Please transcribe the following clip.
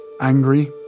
angry